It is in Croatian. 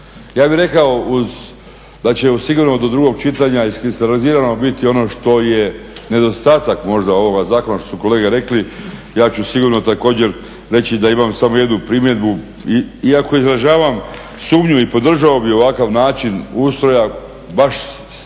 Ja bih rekao da će sigurno do drugog čitanja iskristalizirano biti ono što je nedostatak možda ovog zakona, što su kolege rekli, ja ću sigurno također reći da imam samo jednu primjedbu iako izražavam sumnju i podržao bih ovakav način ustroja, baš s tim